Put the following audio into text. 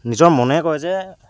নিজৰ মনে কয় যে